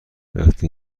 وقتی